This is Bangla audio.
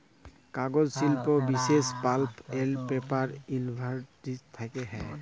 কাগজ শিল্প বিশেষ পাল্প এল্ড পেপার ইলডাসটিরি থ্যাকে হ্যয়